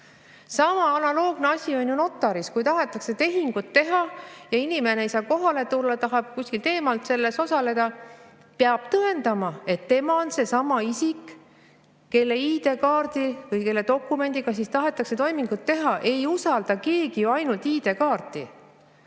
Sama analoogne asi on notari juures. Kui tahetakse tehingut teha ja inimene ei saa kohale tulla, tahab kuskilt eemalt selles osaleda, peab ta tõendama, et tema on seesama isik, kelle ID‑kaardi või muu dokumendiga tahetakse toiminguid teha. Ei usalda keegi ju ainult ID‑kaarti.